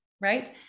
Right